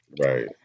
Right